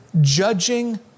judging